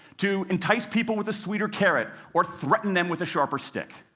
to entice people with a sweeter carrot, or threaten them with a sharper stick.